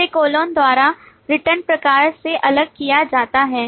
इसे कोलोन द्वारा रिटर्न प्रकार से अलग किया जाता है